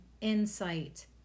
insight